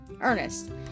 Ernest